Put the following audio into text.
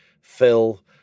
Phil